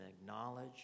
acknowledge